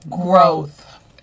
Growth